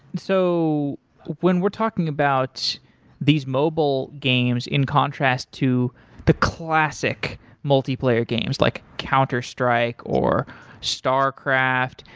so when we're talking about these mobile games in contrast to the classic multiplayer games, like counter-strike or star craft,